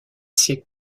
siècles